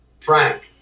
Frank